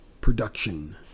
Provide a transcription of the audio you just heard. production